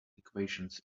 equations